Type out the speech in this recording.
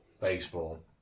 baseball